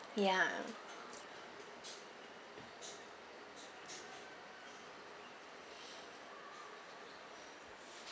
ya